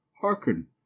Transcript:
hearken